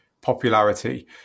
popularity